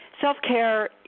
self-care